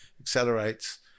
accelerates